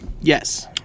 Yes